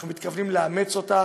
אנחנו מתכוונים לאמץ אותה,